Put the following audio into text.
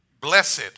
blessed